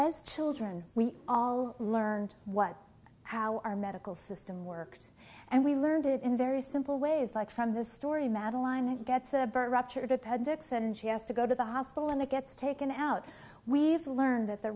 as children we all learned what how our medical system worked and we learned it in very simple ways like from the story madaline it gets a ruptured appendix and she has to go to the hospital and it gets taken out we've learned that the